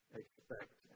expect